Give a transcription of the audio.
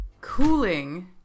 cooling